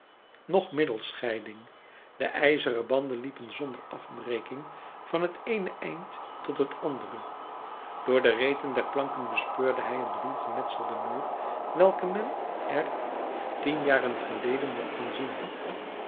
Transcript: noch middelscheiding de ijzeren banden liepen zonder afbreking van het eene eind tot het andere door de reten der planken bespeurde hij een ruw gemetselden muur welken men er tien jaren geleden nog kon zien